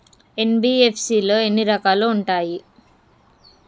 NBFC లో ఎన్ని రకాలు ఉంటాయి?